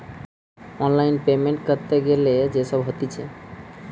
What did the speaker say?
online payment ক্যরতে গ্যালে যে সব হতিছে